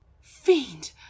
Fiend